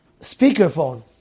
speakerphone